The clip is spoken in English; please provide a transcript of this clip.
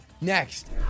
Next